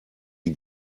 die